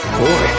boy